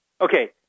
Okay